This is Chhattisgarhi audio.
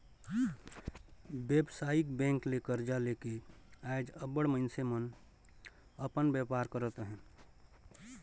बेवसायिक बेंक ले करजा लेके आएज अब्बड़ मइनसे अपन बयपार करत अहें